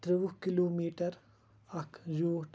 تُروُہ kilometre اَکھ زِیُوٗٹھ